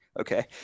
Okay